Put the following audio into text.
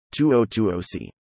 2020c